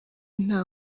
nta